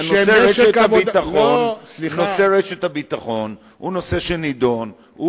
נושא רשת הביטחון הוא נושא שנדון.